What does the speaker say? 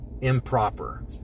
improper